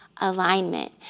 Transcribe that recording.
alignment